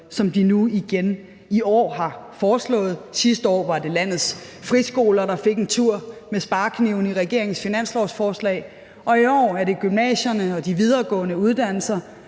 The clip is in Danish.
som de nu igen i år har foreslået – sidste år var det landets friskoler, der fik en tur med sparekniven i regeringens finanslovsforslag, og i år er det gymnasierne og de videregående uddannelser,